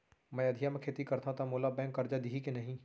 मैं अधिया म खेती करथंव त मोला बैंक करजा दिही के नही?